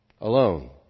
alone